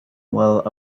while